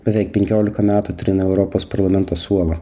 beveik penkiolika metų trina europos parlamento suolą